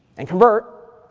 and convert,